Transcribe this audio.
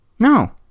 No